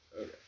Okay